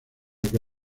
que